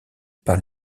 par